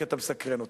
כי אתה מסקרן אותי.